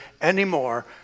anymore